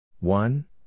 One